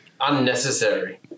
unnecessary